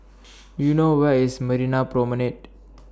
Do YOU know Where IS Marina Promenade